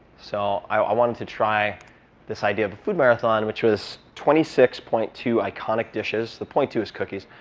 so i wanted to try this idea of a food marathon, which was twenty six point two iconic dishes. the zero point two is cookies.